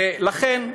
ולכן,